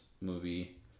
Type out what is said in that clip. movie